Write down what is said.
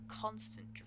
constant